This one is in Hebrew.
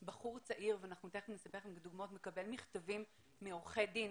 בחור צעיר ואנחנו תכף ניתן לכם דוגמאות מקבל מכתבים מעורכי דין.